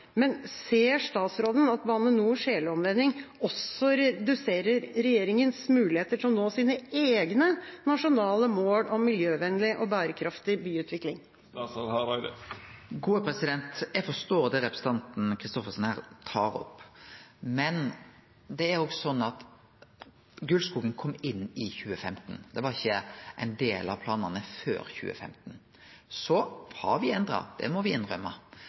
Ser statsråden at Bane NORs helomvending også reduserer regjeringas muligheter til å nå sine egne nasjonale mål om miljøvennlig og bærekraftig byutvikling? Eg forstår det representanten Christoffersen her tar opp, men det er òg sånn at Gulskogen kom inn i 2015. Det var ikkje ein del av planane før 2015. Så har me endra, det må me innrømma,